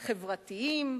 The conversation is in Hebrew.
חברתיים,